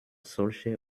solche